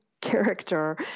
character